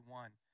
one